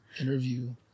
interview